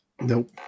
Nope